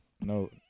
no